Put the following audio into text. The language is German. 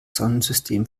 sonnensystem